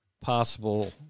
possible